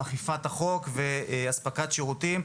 אכיפת החוק והספקת שירותים,